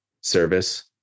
service